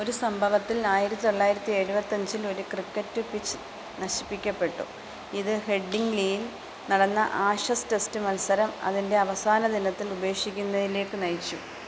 ഒരു സംഭവത്തിൽ ആയിരത്തി തൊള്ളായിരത്തി എഴുപത്തി അഞ്ചിൽ ഒരു ക്രിക്കറ്റ് പിച്ച് നശിപ്പിക്കപ്പെട്ടു ഇത് ഹെഡ്ഡിംഗ്ലിയിൽ നടന്ന ആഷസ് ടെസ്റ്റ് മത്സരം അതിൻ്റെ അവസാന ദിനത്തിൽ ഉപേക്ഷിക്കുന്നതിലേക്ക് നയിച്ചു